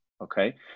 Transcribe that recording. Okay